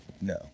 No